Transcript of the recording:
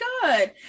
good